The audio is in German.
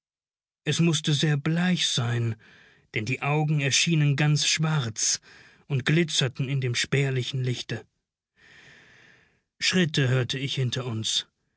es mußte sehr bleich sein denn die augen erschienen ganz schwarz und glitzerten in dem spärlichen lichte schritte hörte ich hinter uns